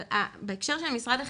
אבל בהקשר של משרד החינוך,